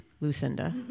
Lucinda